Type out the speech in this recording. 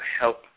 help